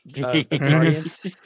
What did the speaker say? Guardians